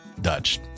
Dutch